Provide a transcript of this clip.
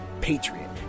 patriot